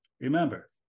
remember